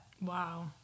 Wow